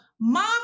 mom